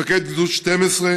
מפקד גדוד 12,